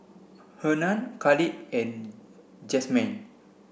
Hernan Khalid and Jazmyne